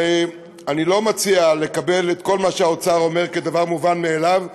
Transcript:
ואני מציע שלא לקבל את כל מה שהאוצר אומר כדבר מובן מאליו.